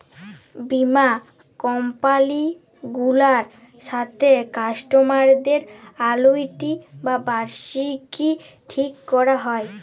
বীমা কমপালি গুলার সাথে কাস্টমারদের আলুইটি বা বার্ষিকী ঠিক ক্যরা হ্যয়